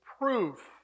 proof